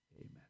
Amen